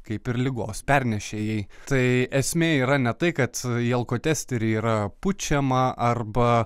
kaip ir ligos pernešėjai tai esmė yra ne tai kad į alkotesterį yra pučiama arba